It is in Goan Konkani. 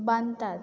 बांदतात